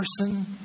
person